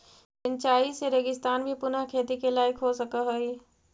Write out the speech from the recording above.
सिंचाई से रेगिस्तान भी पुनः खेती के लायक हो सकऽ हइ